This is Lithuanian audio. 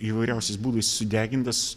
įvairiausiais būdais sudegintas